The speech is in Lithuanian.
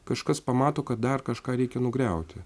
kažkas pamato kad dar kažką reikia nugriauti